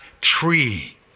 tree